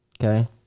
okay